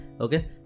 Okay